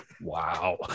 wow